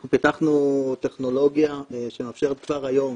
אנחנו פיתחנו טכנולוגיה שמאפשרת כבר היום